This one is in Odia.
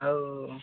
ଆଉ